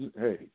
hey